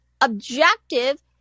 objective